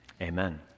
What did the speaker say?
Amen